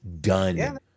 Done